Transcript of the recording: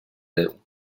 déu